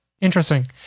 Interesting